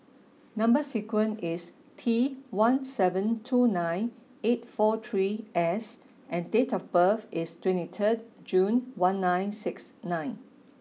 number sequence is T one seven two nine eight four three S and date of birth is twenty third June one nine six nine